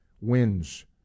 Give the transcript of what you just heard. wins